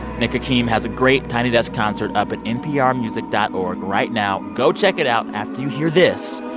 nick hakim has a great tiny desk concert up at nprmusic dot org right now. go check it out after you hear this.